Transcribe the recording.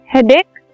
Headache